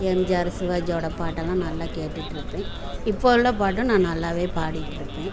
எம்ஜிஆர் சிவாஜியோடய பாட்டெல்லாம் நல்லா கேட்டுட்டு இருப்பேன் இப்போ உள்ள பாட்டு நான் நல்லாவே பாடிட்டு இருப்பேன்